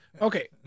Okay